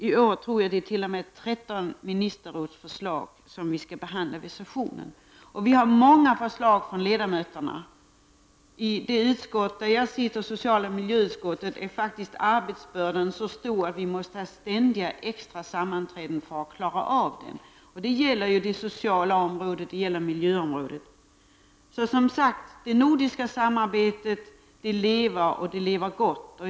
I år tror jag att vi skall behandla 13 ministerrådsförslag vid sessionen. Vi har många förslag från ledamöterna. I det utskott där jag sitter, socialoch miljöutskottet, är arbetsbördan så stor att vi ständigt måste ha extra sammanträden för att klara av den. Det gäller det sociala området, och det gäller miljöområdet. Det nordiska samarbetet lever, och det lever gott.